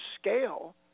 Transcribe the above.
scale